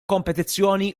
kompetizzjoni